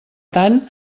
tant